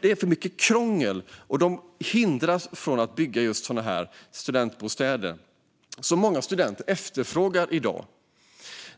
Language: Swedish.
Det är för mycket krångel, och det hindrar att man bygger sådana studentbostäder som många studenter efterfrågar i dag.